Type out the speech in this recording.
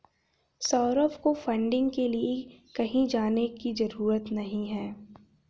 सौरभ को फंडिंग के लिए कहीं जाने की जरूरत नहीं है